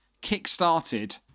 kick-started